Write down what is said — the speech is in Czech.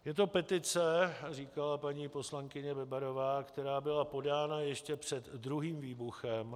Je to petice, říkala paní poslankyně Bebarová, která byla podána ještě před druhým výbuchem.